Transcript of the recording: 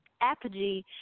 Apogee